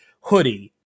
hoodie